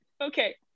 Okay